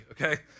okay